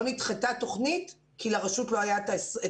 לא נדחתה תוכנית כי לרשות לא היה את המצ'ינג,